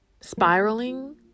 spiraling